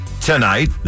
tonight